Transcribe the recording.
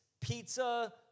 pizza